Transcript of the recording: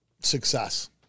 success